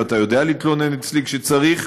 ואתה יודע להתלונן אצלי כשצריך,